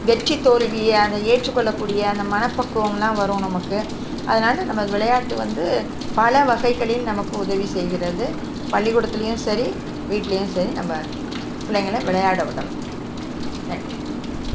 வெற்றி தோல்வியை அந்த ஏற்றுக்கொள்ளக்கூடிய அந்த மனப்பக்குவமெலாம் வரும் நமக்கு அதனால் நம்ம விளையாட்டு வந்து பலவகைகளில் நமக்கு உதவி செய்கின்றது பள்ளிக்கூடத்திலயும் சரி வீட்லேயும் சரி நம்ம பிள்ளைங்களை விளையாட விடணும் தேங்க் யூ